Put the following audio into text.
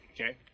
okay